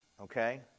Okay